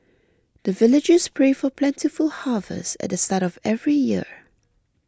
the villagers pray for plentiful harvest at the start of every year